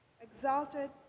Exalted